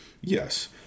Yes